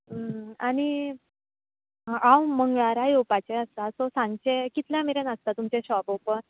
आनी हांव मंगळारा येवपाचे आसा सो सांचे कितल्या मेरेन आसता तुमचे शोप ओपन